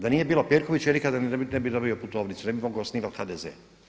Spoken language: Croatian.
Da nije bilo Perkovića ja nikad ne bih dobio putovnicu, ne bih mogao osnivat HDZ.